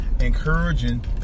encouraging